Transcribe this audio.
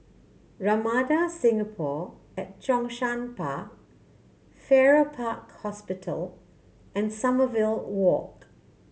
Ramada Singapore at Zhongshan Park Farrer Park Hospital and Sommerville Walk